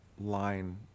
line